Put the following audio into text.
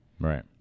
Right